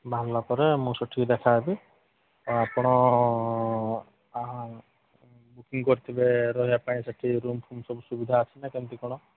ବାହାରିଲା ପରେ ମୁଁ ସେଠି ଦେଖା ହେବି ଆପଣ ବୁକିଂ କରିଥିବେ ରହିବା ପାଇଁ ସେଠି ରୁମ୍ ଫୁମ୍ ସବୁ ସୁବିଧା ଅଛି ନା କେମିତି କ'ଣ